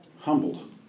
humbled